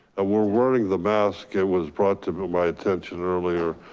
ah we're wearing the mask, it was brought to but my attention earlier.